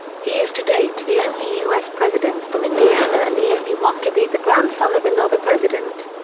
he is to date the only u s. president from indiana and the only one to be the grandson of another president.